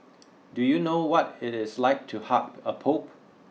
do you know what it is like to hug a pope